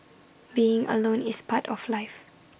being alone is part of life